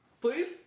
Please